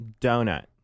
donut